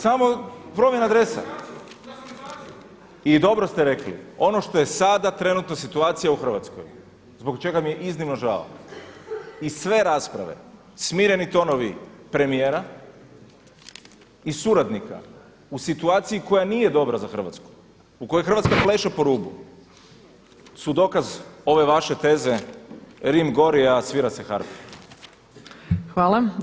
Samo promjena adrese. … [[Upadica se ne čuje.]] I dobro ste rekli, ono što je sada trenutno situacija u Hrvatskoj zbog čega mi je iznimno žao i sve rasprave, smireni tonovi premijera i suradnika u situaciji koja nije dobra za Hrvatsku, u kojoj Hrvatska pleše po rubu su dokaz ove vaše teze Rim gori a svira se harfa.